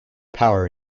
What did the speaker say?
power